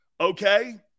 Okay